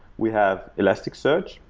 we have elasticsearch.